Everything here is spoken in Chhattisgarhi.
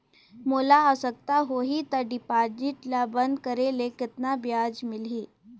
मोला आवश्यकता होही त डिपॉजिट ल बंद करे ले कतना ब्याज मिलही?